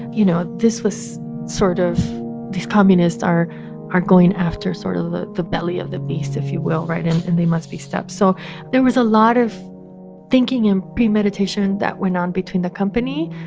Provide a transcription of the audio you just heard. you know, this was sort of these communists are are going after sort of the the belly of the beast, if you will right? and and they must be stopped. so there was a lot of thinking and premeditation that went on between the company,